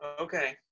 Okay